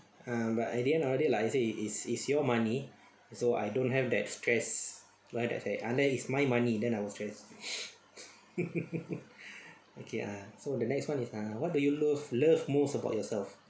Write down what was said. ah but at the end of the day like I said is is is your money so I don't have that stress why I said unless is my money then I will stress okay ah so the next one is ah what do you love love most about yourself